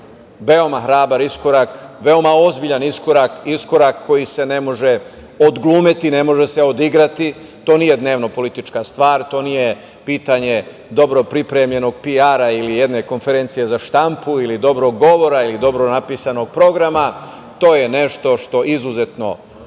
veoma hrabar iskorak, veoma ozbiljan iskorak, iskorak koji se ne može odglumiti, ne može se odigrati. To nije dnevno politička stvar, to nije pitanje dobro pripremljenog PR ili jedne konferencije za štampu ili dobrog govora, ili dobro napisanog govora, to je nešto što je izuzetno skupo